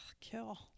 kill